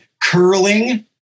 curling